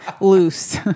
Loose